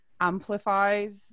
amplifies